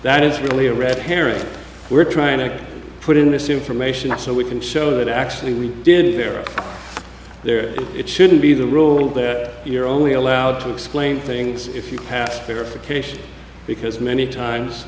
that it's really a red herring we're trying to put in this information so we can show that actually we did hear there it should be the rule that you're only allowed to explain things if you have fear for creation because many times